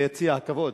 ביציע הכבוד.